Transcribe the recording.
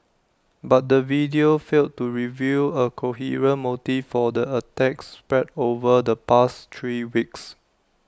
but the video failed to reveal A coherent motive for the attacks spread over the past three weeks